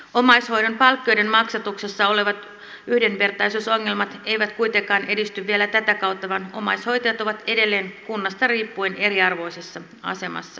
omaishoidon palkkioiden maksatuksessa olevat yhdenvertaisuusongelmat eivät kuitenkaan edisty vielä tätä kautta vaan omaishoitajat ovat edelleen kunnasta riippuen eriarvoisessa asemassa